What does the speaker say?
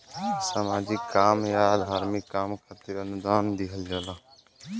सामाजिक काम या धार्मिक काम खातिर अनुदान दिहल जाला